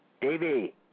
Davey